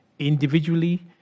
Individually